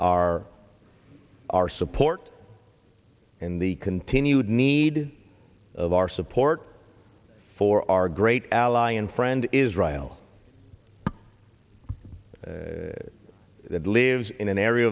e our support and the continued need of our support for our great ally and friend israel that lives in an area